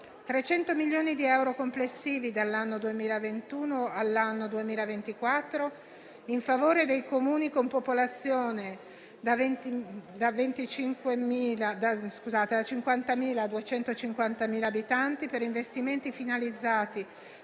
300 milioni di euro complessivi dall'anno 2021 all'anno 2024 in favore dei Comuni con popolazione da 50.000 a 250.000 abitanti per investimenti finalizzati